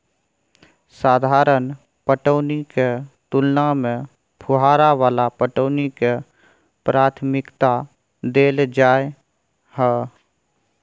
साधारण पटौनी के तुलना में फुहारा वाला पटौनी के प्राथमिकता दैल जाय हय